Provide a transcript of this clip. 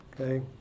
okay